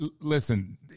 listen